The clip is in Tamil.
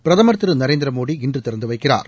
பிரதமர் திரு நரேந்திரமோடி இன்று திறந்து வைக்கிறார்